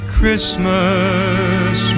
Christmas